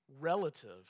relative